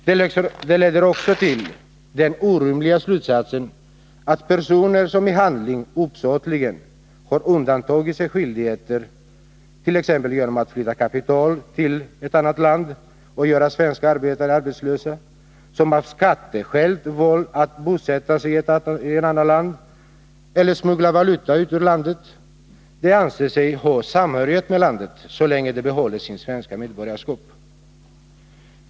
Det leder också till den orimliga slutsatsen att personer som i handling uppsåtligen har undantagit sig skyldigheter här, t.ex. genom att flytta kapital till ett annat land och göra svenska arbetare arbetslösa, eller som av skatteskäl valt att bosätta sig i ett annat land eller smuggla valuta ut ur landet anses ha samhörighet med landet, så länge de behåller sitt svenska medborgarskap.